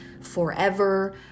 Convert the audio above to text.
forever